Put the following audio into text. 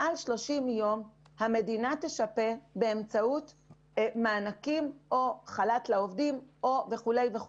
מעל 30 ימים המדינה תשפה באמצעות מענקים או חל"ת לעובדים וכולי.